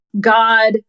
God